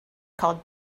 called